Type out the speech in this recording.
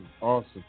Awesome